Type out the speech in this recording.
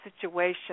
situation